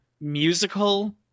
musical